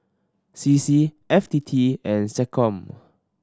C C F T T and SecCom